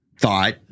thought